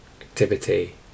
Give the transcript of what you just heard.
activity